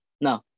No